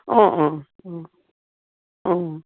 অঁ অঁ অঁ অঁ